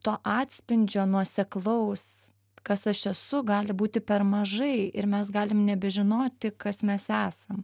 to atspindžio nuoseklaus kas aš esu gali būti per mažai ir mes galim nebežinoti kas mes esam